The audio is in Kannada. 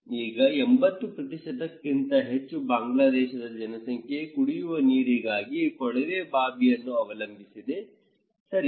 ಈಗ 80 ಕ್ಕಿಂತ ಹೆಚ್ಚು ಬಾಂಗ್ಲಾದೇಶದ ಜನಸಂಖ್ಯೆಯು ಕುಡಿಯುವ ನೀರಿಗಾಗಿ ಕೊಳವೆ ಬಾವಿಯನ್ನು ಅವಲಂಬಿಸಿದೆ ಸರಿ